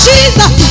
Jesus